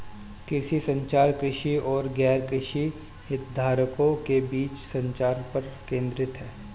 कृषि संचार, कृषि और गैरकृषि हितधारकों के बीच संचार पर केंद्रित है